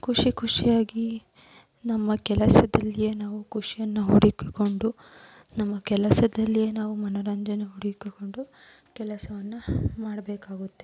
ಖುಷಿ ಖುಷಿಯಾಗಿ ನಮ್ಮ ಕೆಲಸದಲ್ಲಿಯೇ ನಾವು ಖುಷಿಯನ್ನು ಹುಡುಕಿಕೊಂಡು ನಮ್ಮ ಕೆಲಸದಲ್ಲಿಯೇ ನಾವು ಮನರಂಜನೆ ಹುಡುಕಿಕೊಂಡು ಕೆಲಸವನ್ನು ಮಾಡಬೇಕಾಗುತ್ತೆ